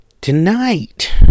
Tonight